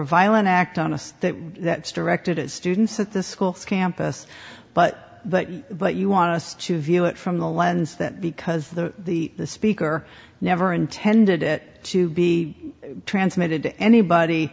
violent act on us that that's directed at students at the school campus but but but you want us to view it from the lens that because the speaker never intended it to be transmitted to anybody